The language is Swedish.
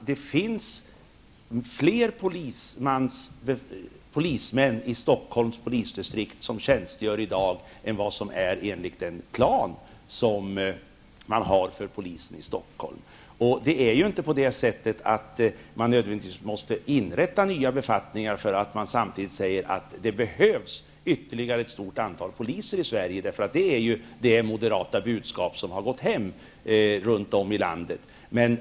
Det finns faktiskt fler polismän i Stockholms polisdistrikt än vad som skulle finnas enligt planen finns för polisen i Stockholm. Man måste nödvändigtvis inte inrätta nya befattningar därför att det samtidigt sägs att det behövs ytterligare ett stort antal poliser i Sverige. Det är det moderata budskap som gått hem runt om i landet.